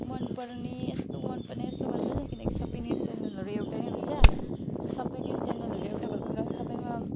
मनपर्ने यस्तो मनपर्ने यस्तो मनपर्छ किनकि सबै न्युज च्यानलहरू एउटै नै हुन्छ सबै न्युज च्यानलहरू एउटै भएको कारण सबैमा